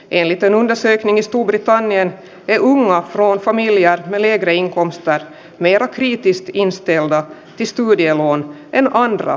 eniten on se onnistuu britannian eun rooli on hiljaa välieriin kun starr meira kriittiset instead istui diamond beer andra